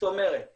זאת אומרת מורה,